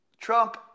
Trump